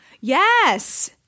Yes